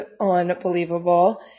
unbelievable